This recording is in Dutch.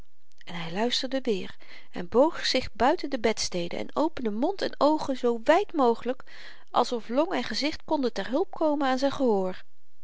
en hy luisterde weêr en boog zich buiten de bedstede en opende mond en oogen zoo wyd mogelyk als of long en gezicht konden ter hulpe komen aan zyn gehoor